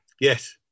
Yes